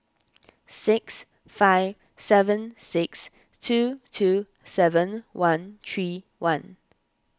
six five seven six two two seven one three one